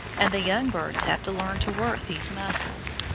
and the young birds have to learn to work these muscles.